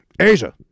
Asia